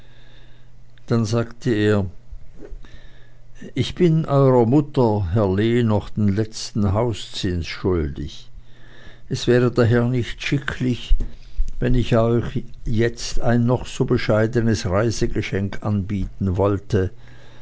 dann sagte er ich bin euerer mutter herr lee noch den letzten hauszins schuldig es wäre daher nicht schicklich wenn ich euch ein noch so bescheidenes reisegeschenk anbieten wollte